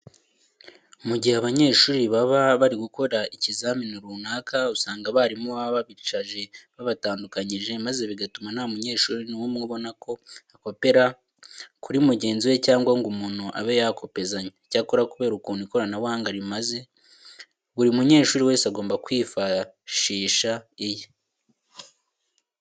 Mu gihe abanyeshuri baba bari gukora ikizamini runaka usanga abarimu baba babicaje babatandukanyije maze bigatuma nta munyeshuri n'umwe ubona uko akopera kuri mugenzi we cyangwa ngo umuntu abe yakopezanya. Icyakora kubera ukuntu ikoranabuhanga rimaze, buri munyeshuri wese agobwa kwifashisha iye.